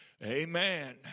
Amen